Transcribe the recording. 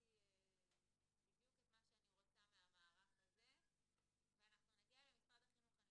שהגדרתי בדיוק את מה שאני רוצה מהמערך הזה ואנחנו נגיע למשרד החינוך.